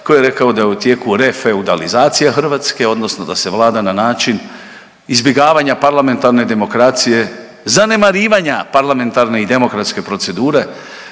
koji je rekao da je u tijeku refeudalizacija Hrvatske odnosno da se vlada na način izbjegavanja parlamentarne demokracije, zanemarivanja parlamentarne i demokratske procedure,